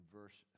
verse